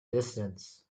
distance